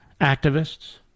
activists